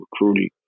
recruiting